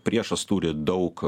priešas turi daug